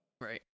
Right